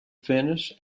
finnish